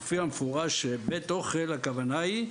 מופיע במפורש שבית אוכל, הכוונה היא: